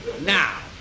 Now